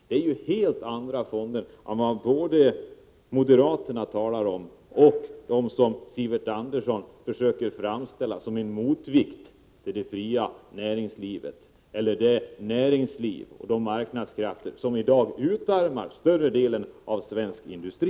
Det är ju helt andra fonder än de som moderaterna talar om och de som Sivert Andersson försöker framställa som en motvikt till det fria näringslivet, det näringsliv och de marknadskrafter som i dag utarmar större delen av svensk industri.